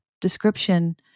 description